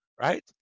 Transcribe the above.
right